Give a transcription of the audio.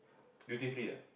duty free ah